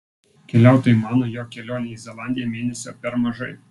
keliautojai mano jog kelionei į zelandiją mėnesio per mažai